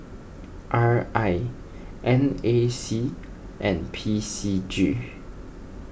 R I N A C and P C G